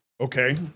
Okay